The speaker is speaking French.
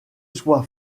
soit